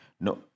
no